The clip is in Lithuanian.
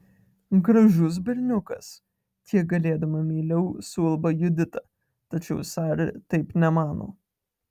gražus berniukas kiek galėdama meiliau suulba judita tačiau sari taip nemano